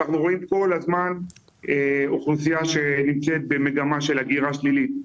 ואנחנו רואים כל הזמן אוכלוסייה שנמצאת במגמה של הגירה שלילית.